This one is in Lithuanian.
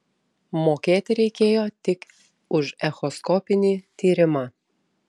mokėti reikėjo tik už echoskopinį tyrimą